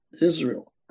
Israel